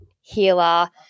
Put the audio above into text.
healer